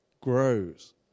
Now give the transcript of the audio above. grows